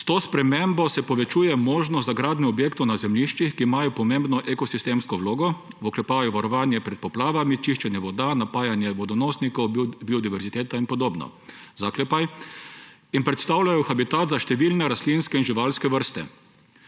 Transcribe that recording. S to spremembo se povečuje možnost za gradnjo objektov na zemljiščih, ki imajo pomembno ekosistemsko vlogo, (varovanje pred poplavami, čiščenje voda, napajanje vodonosnikov, biodiverziteta in podobno) in predstavljajo habitat za številne rastlinske in živalske vrste.